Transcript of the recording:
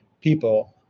people